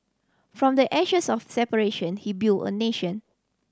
from the ashes of separation he built a nation